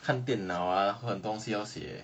看电脑 ah 很东西要写